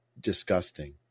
disgusting